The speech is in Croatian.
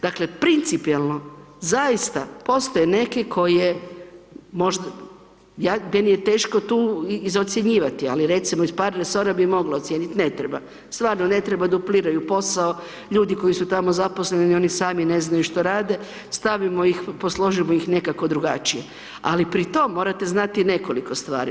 Dakle principijelno, zaista postoje neke koje možda, meni je teško tu izocjenjivati ali recimo iz par resora bi mogla ocijeniti, ne treba, stvarno ne treba, dupliraju posao, ljudi koji su tamo zaposleni ni oni sami ne znaju što rade, stavimo ih, posložimo ih nekako drugačije ali pri tom morate znati nekoliko stvari.